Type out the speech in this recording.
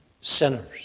Sinners